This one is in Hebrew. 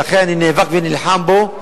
ולכן אני נאבק ונלחם בו,